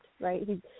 right